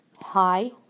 Hi